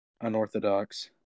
unorthodox